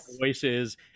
Voices